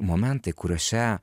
momentai kuriuose